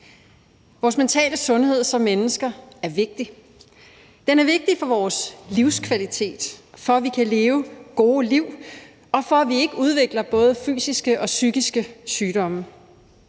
Den mentale sundhed for os mennesker er vigtig. Den er vigtig for vores livskvalitet, for, at vi kan leve gode liv, og for, at vi ikke udvikler fysiske og psykiske sygdomme.